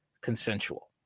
consensual